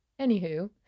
anywho